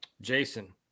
Jason